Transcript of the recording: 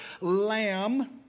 lamb